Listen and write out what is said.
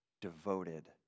devoted